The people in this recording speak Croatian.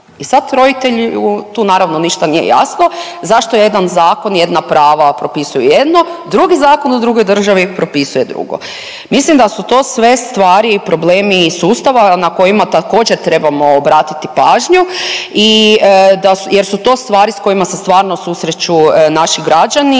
I sad roditelju tu naravno ništa nije jasno, zašto jedan zakon jedna prava propisuju jedno, drugi zakon u drugoj državi propisuje drugo. Mislim da su to sve stvari i problemi iz sustava na kojima također trebamo obratiti pažnju i jer su to stvari s kojima se stvarno susreću naši građani